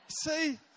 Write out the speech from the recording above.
see